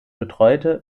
betreute